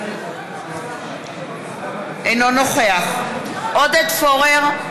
אינו נוכח עודד פורר,